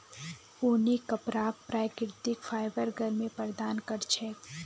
ऊनी कपराक प्राकृतिक फाइबर गर्मी प्रदान कर छेक